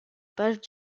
pages